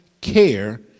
care